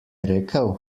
rekel